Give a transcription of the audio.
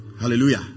Hallelujah